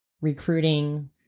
recruiting